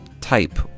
type